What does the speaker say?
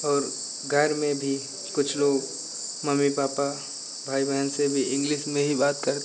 और घर में भी कुछ लोग मम्मी पापा भाई बहन से भी इंग्लिश में ही बात करते हैं